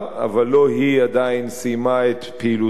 אבל היא עדיין לא סיימה את פעילותה ועדיין